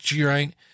right